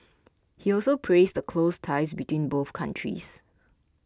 he also praised the close ties between both countries